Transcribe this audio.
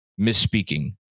misspeaking